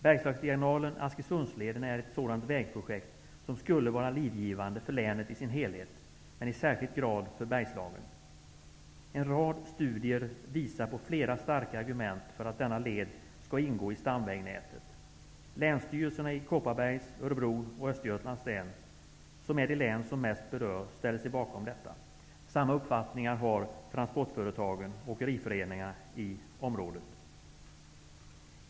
Bergslagsdiagonalen/Askersundsleden är ett sådant vägprojekt som skulle vara livgivande för länet i sin helhet och i särskild grad för Bergslagen. En rad studier visar på flera starka argument för att denna led skall ingå i stamvägnätet. Länstyrelserna i Kopparbergs län, Örebro och Östergötlands län, vilka är de län som mest berörs, ställer sig bakom detta. Samma uppfattning har transportföretagen och åkeriföreningarna i området.